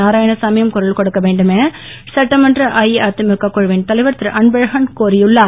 நாராயணசாமி யும் குரல் கொடுக்கவேண்டுமென சட்டமன்ற அஇஅதிமுக குழவின் தலைவர் திருஅன்பழகன் கோரியுள்ளார்